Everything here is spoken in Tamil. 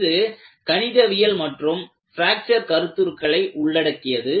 இது கணிதவியல் மற்றும் பிராக்சர் கருத்துருக்களை உள்ளடக்கியது